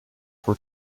for